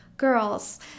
Girls